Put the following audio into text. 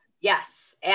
Yes